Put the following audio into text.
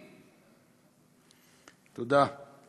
תודה.